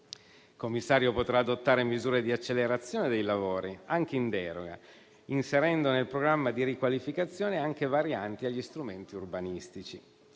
Il commissario potrà adottare misure di accelerazione dei lavori anche in deroga, inserendo nel programma di riqualificazione anche varianti agli strumenti urbanistici,